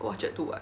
go orchard do what